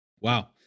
Wow